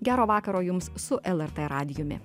gero vakaro jums su lrt radijuje